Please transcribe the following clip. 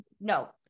no